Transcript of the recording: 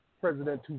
president